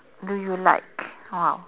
do you like ah